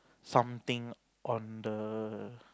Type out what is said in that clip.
something on the